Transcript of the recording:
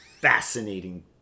fascinating